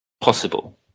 possible